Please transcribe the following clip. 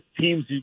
teams